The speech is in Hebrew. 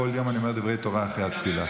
כל יום אני אומר דברי תורה אחרי התפילה.